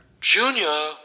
Junior